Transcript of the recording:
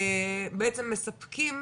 בעצם מספקים